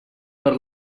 per